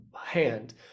hand